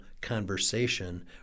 conversation